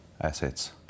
assets